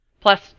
Plus